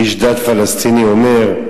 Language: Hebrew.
איש דת פלסטיני אומר: